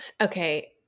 Okay